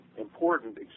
important